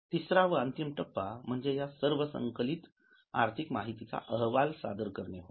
तिसरा अंतिम टप्पा म्हणजे या सर्व संकलित आर्थिक माहितीचा अहवाल सादर करणे करणे होय